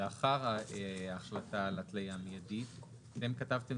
לאחר ההחלטה על התלייה מיידית ואתם כתבתם